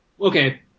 Okay